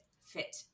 fit